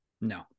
no